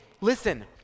listen